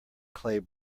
clay